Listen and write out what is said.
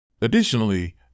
Additionally